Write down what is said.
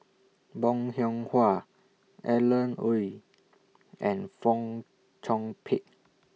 Bong Hiong Hwa Alan Oei and Fong Chong Pik